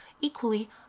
Equally